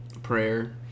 prayer